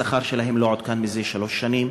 השכר שלהן לא עודכן זה שלוש שנים.